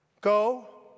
Go